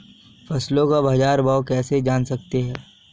फसलों का बाज़ार भाव कैसे जान सकते हैं?